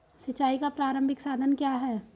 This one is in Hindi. सिंचाई का प्रारंभिक साधन क्या है?